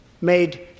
made